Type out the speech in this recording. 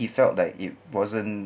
he felt that it wasn't